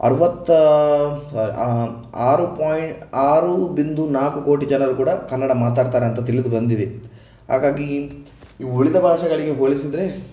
ಅರುವತ್ತ ಸಾರಿ ಆರು ಪಾಯಿನ್ ಆರು ಬಿಂದು ನಾಲ್ಕು ಕೋಟಿ ಜನರು ಕೂಡ ಕನ್ನಡ ಮಾತಾಡ್ತಾರಂತ ತಿಳಿದು ಬಂದಿದೆ ಹಾಗಾಗಿ ಈ ಉಳಿದ ಭಾಷೆಗಳಿಗೆ ಹೋಲಿಸಿದರೆ